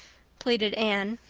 pleaded anne.